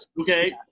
Okay